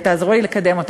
תעזרו לי לקדם אותה.